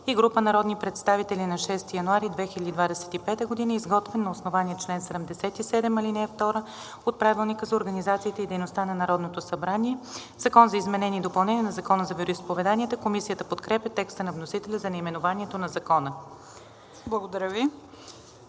и група народни представители на 6 януари 2025 г., изготвен на основание чл. 77, ал. 2 от Правилника за организацията и дейността на Народното събрание. „Закон за изменение и допълнение на Закона за вероизповеданията“. Комисията подкрепя текста на вносителя за наименованието на Закона. ПРЕДСЕДАТЕЛ